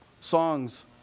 songs